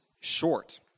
short